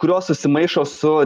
kurios susimaišo su